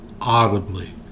audibly